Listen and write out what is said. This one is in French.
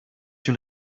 une